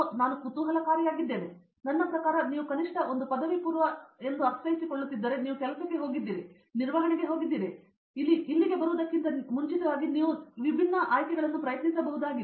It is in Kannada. ನಾನು ಕುತೂಹಲಕಾರಿಯಾಗಿದ್ದೇನೆ ನನ್ನ ಪ್ರಕಾರ ನೀವು ಕನಿಷ್ಟ ಒಂದು ಪದವಿಪೂರ್ವ ಎಂದು ಅರ್ಥೈಸಿಕೊಳ್ಳುತ್ತಿದ್ದರೆ ನೀವು ಕೆಲಸಕ್ಕೆ ಹೋಗಿದ್ದೀರಿ ನಿರ್ವಹಣೆಗೆ ಹೋಗಿದ್ದೀರಿ ನೀವು ಇಲ್ಲಿಗೆ ಬರುವುದಕ್ಕಿಂತ ಮುಂಚಿತವಾಗಿ ಕೆಲವು ವಿಭಿನ್ನ ಆಯ್ಕೆಗಳನ್ನು ಪ್ರಯತ್ನಿಸಬಹುದಾಗಿದೆ